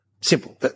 Simple